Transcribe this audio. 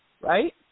Right